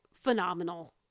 phenomenal